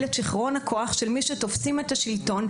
את שכרון הכוח של מי שתופסים את השלטון,